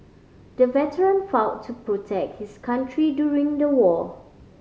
the veteran fought to protect his country during the war